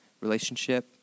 relationship